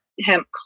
hemp